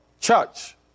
church